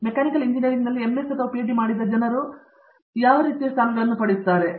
mechanical ಇಂಜಿನಿಯರಿಂಗ್ನಲ್ಲಿ MS ಅಥವಾ PhD ಮಾಡಿದ ಈ ಜನರು ಯಾವ ರೀತಿಯ ಸ್ಥಾನಗಳನ್ನು ಮಾಡುತ್ತಾರೆ